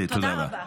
תודה רבה.